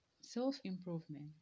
self-improvement